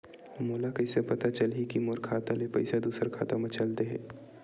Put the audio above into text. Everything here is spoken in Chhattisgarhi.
मोला कइसे पता चलही कि मोर खाता ले पईसा दूसरा खाता मा चल देहे?